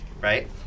right